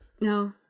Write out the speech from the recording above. No